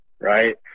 right